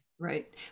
right